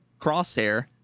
crosshair